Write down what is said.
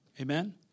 Amen